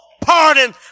pardon